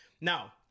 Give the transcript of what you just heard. now